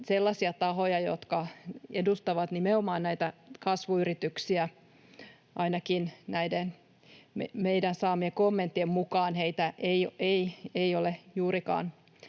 sellaisia tahoja, jotka edustavat nimenomaan näitä kasvuyrityksiä — ainakin näiden meidän saamiemme kommenttien mukaan heitä ei ole juurikaan